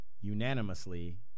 unanimously